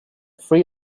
free